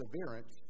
perseverance